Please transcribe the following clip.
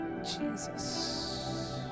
jesus